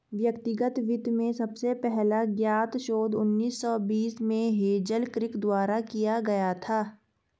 व्यक्तिगत वित्त में सबसे पहला ज्ञात शोध उन्नीस सौ बीस में हेज़ल किर्क द्वारा किया गया था